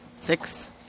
Six